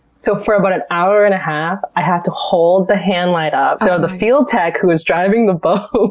so for about an hour and a half, i had to hold the hand light up so the field tech, who was driving the boat,